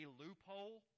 loophole